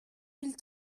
mille